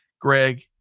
Greg